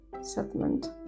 settlement